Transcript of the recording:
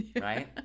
Right